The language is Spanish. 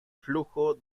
flujo